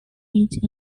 age